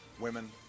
women